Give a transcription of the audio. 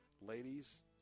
Ladies